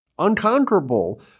unconquerable